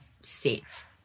safe